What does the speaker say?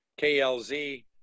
KLZ